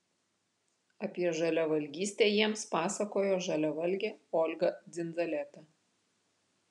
apie žaliavalgystę jiems pasakojo žaliavalgė olga dzindzaleta